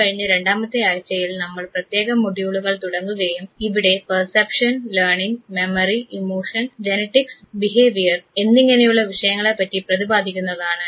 അതുകഴിഞ്ഞ് രണ്ടാമത്തെ ആഴ്ചയിൽ നമ്മൾ പ്രത്യേക മൊഡ്യൂളുകൾ തുടങ്ങുകയും ഇവിടെ perception learning memory emotion genetics behaviour എന്നിങ്ങനെയുള്ള വിഷയങ്ങളെപ്പറ്റി പ്രതിപാദിക്കുന്നതാണ്